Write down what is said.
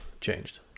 changed